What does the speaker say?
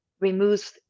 removes